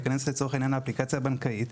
להיכנס לצורך העניין לאפליקציה בנקאית,